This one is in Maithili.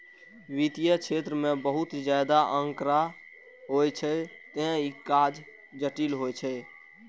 वित्तीय क्षेत्र मे बहुत ज्यादा आंकड़ा होइ छै, तें ई काज जटिल होइ छै